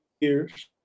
years